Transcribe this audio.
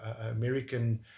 american